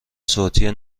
صوتی